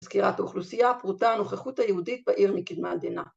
מזכירת אוכלוסייה, פרוטה, נוכחות היהודית בעיר מקדמה דנה.